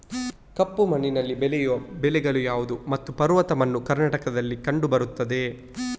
ಕಪ್ಪು ಮಣ್ಣಿನಲ್ಲಿ ಬೆಳೆಯುವ ಬೆಳೆಗಳು ಯಾವುದು ಮತ್ತು ಪರ್ವತ ಮಣ್ಣು ಕರ್ನಾಟಕದಲ್ಲಿ ಕಂಡುಬರುತ್ತದೆಯೇ?